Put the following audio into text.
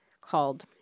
called